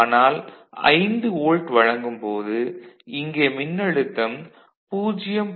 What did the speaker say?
ஆனால் 5 வோல்ட் வழங்கும் போது இங்கே மின்னழுத்தம் 0